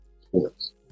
sports